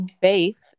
Faith